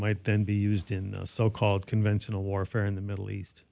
might then be used in so called conventional warfare in the middle east